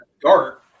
dark